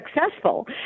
successful